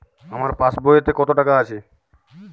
আমার পাসবইতে কত টাকা আছে?